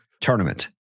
tournament